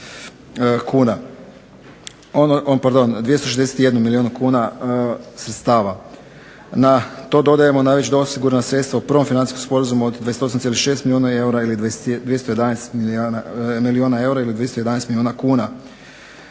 261 milijun kuna sredstava. Na to dodajemo na već osigurana sredstva u prvom financijskom sporazumu od 28,6 milijuna eura ili 211 milijuna kuna.